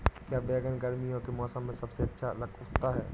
क्या बैगन गर्मियों के मौसम में सबसे अच्छा उगता है?